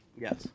Yes